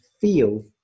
feel